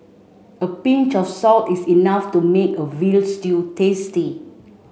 a pinch of salt is enough to make a veal stew tasty